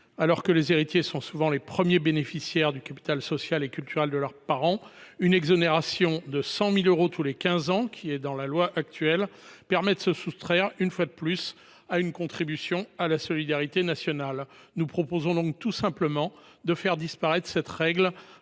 Alors que les héritiers sont souvent les premiers bénéficiaires du capital social et culturel de leurs parents, l’exonération actuelle de 100 000 euros tous les quinze ans permet de se soustraire une fois de plus à la contribution à la solidarité nationale. Nous proposons de faire disparaître cette règle